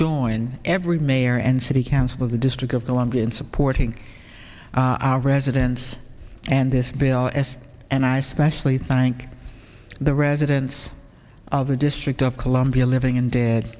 join every mayor and city council the district of columbia in supporting our residents and this bill s and i specially thank the residents of the district of columbia living and dead